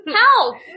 Help